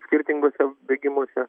skirtingose bėgimuose